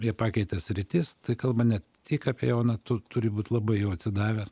jie pakeitė sritis tai kalba ne tik apie jauną tu turi būt labai jau atsidavęs